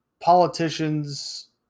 politicians